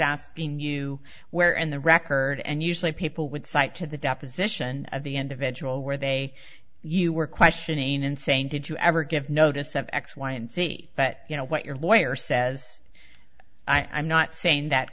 asking you where and the record and usually people would cite to the deposition at the end of edgel where they you were questioning and saying did you ever give notice of x y and z but you know what your lawyer says i'm not saying that